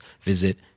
visit